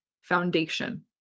foundation